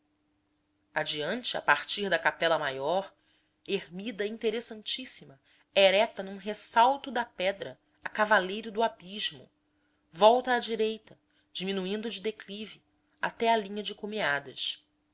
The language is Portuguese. adiante a partir da capela maior ermida interessantíssima erecta num ressalto da pedra a cavaleiro do abismo volta à direita diminuindo de declive até à linha de